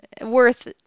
worth